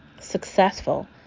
successful